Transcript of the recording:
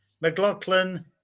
McLaughlin